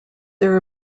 there